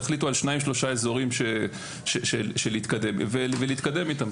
תחליטו על שניים-שלושה אזורים ולהתקדם איתם.